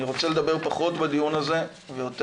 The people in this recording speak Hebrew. אני רוצה לדבר פחות בדיון הזה ויותר